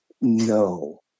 No